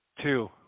Two